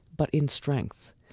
but in strength,